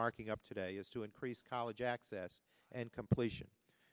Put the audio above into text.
marking up today is to increase college access and completion